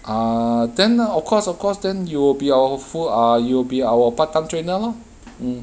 uh then of course of course then you'll be our f~ uh you'll be our part-time trainer lor mm